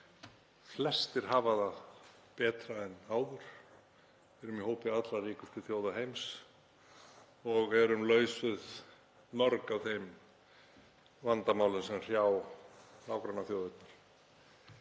flestir hafa það betra en áður. Við erum í hópi allra ríkustu þjóða heims og erum laus við mörg af þeim vandamálum sem hrjá nágrannaþjóðirnar.